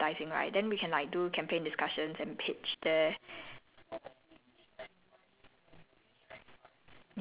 ya actually quite cool eh cause like err I do like P_R and advertising right then we can like do campaign discussions and pitch there